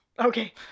okay